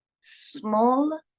small